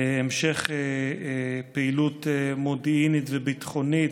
המשך פעילות מודיעינית וביטחונית,